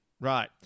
Right